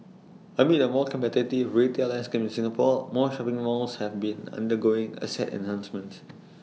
amid A more competitive retail landscape in Singapore more shopping malls have been undergoing asset enhancements